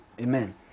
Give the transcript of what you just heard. Amen